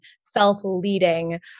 self-leading